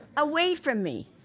away from me,